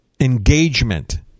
engagement